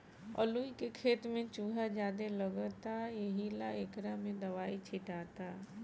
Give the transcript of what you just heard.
अलूइ के खेत में चूहा ज्यादे लगता एहिला एकरा में दवाई छीटाता